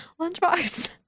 Lunchbox